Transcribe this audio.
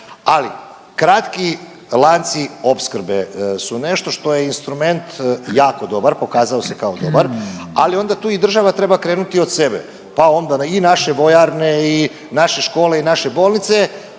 ali kratki lanci opskrbe su nešto što je instrument jako dobar, pokazao se kao dobar, ali onda tu i država treba krenuti od sebe pa onda i naše vojarne, naše škole i naše bolnice